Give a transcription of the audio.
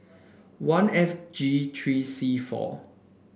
one F G three C four